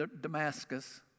Damascus